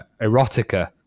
erotica